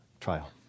trial